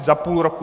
Za půl roku?